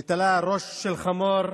ותלה ראש של חמור,